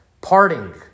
parting